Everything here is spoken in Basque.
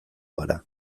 gara